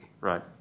Right